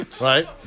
right